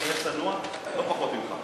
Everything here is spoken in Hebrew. ואני אהיה צנוע לא פחות ממך.